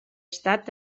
estat